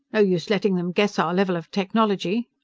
no use letting them guess our level of technology!